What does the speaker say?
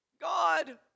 God